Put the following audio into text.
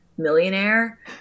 millionaire